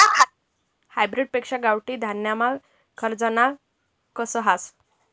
hybrid पेक्शा गावठी धान्यमा खरजना कस हास